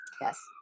Yes